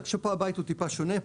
רק שפה הבית הוא טיפה שונה,